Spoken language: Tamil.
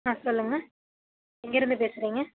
ஆ சொல்லுங்கள் எங்கேருந்து பேசுறிங்க